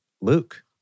Luke